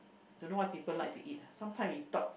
don't know why people like to eat ah sometime we thought